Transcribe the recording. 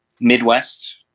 Midwest